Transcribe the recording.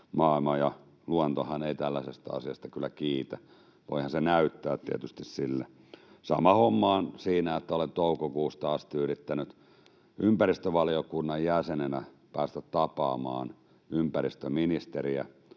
Maailma ja luontohan ei tällaisesta asiasta kyllä kiitä — voihan se tietysti näyttää siltä. Sama homma on siinä, että olen toukokuusta asti yrittänyt ympäristövaliokunnan jäsenenä päästä tapaamaan ympäristöministeriä.